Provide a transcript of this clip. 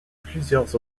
plusieurs